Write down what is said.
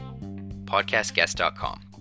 Podcastguest.com